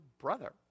brother